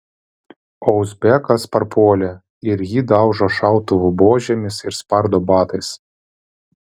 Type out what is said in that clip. o uzbekas parpuolė ir jį daužo šautuvų buožėmis ir spardo batais